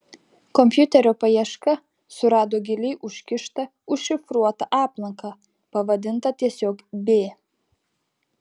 kompiuterio paieška surado giliai užkištą užšifruotą aplanką pavadintą tiesiog b